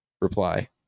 reply